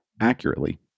accurately